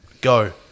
go